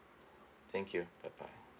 thank you bye bye